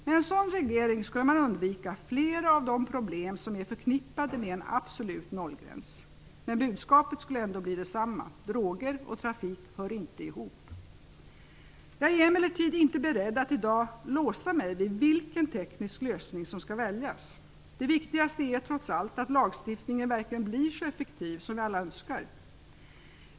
Med en sådan reglering skulle man undvika flera av de problem som är förknippade med en absolut nollgräns. Men budskapet skulle ändå bli detsamma: Droger och trafik hör inte ihop. Jag är emellertid inte beredd att i dag låsa mig vid vilken teknisk lösning som skall väljas. Det viktigaste är trots allt att lagstiftningen verkligen blir så effektiv som vi alla önskar.